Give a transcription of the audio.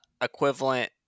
equivalent